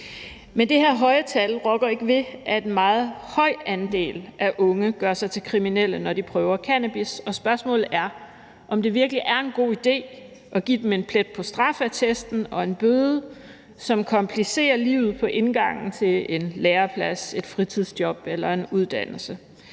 Men det her faldende tal rokker ikke ved, at en meget høj andel af unge gør sig til kriminelle, når de prøver cannabis, og spørgsmålet er, om det virkelig er en god idé at give dem en plet på straffeattesten og en bøde, som komplicerer livet ved indgangen til en læreplads, et fritidsjob eller en uddannelse.